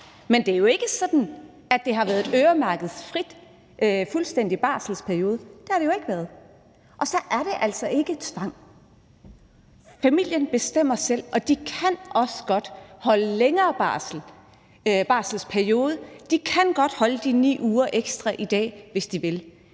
men det er jo ikke sådan, at det har været en fuldstændig øremærkningsfri barselsperiode. Det har det jo ikke været. Og så er det altså ikke tvang. Familien bestemmer selv, og de kan også godt holde en længere barselsperiode. De kan godt holde de 9 uger ekstra i dag, hvis de vil.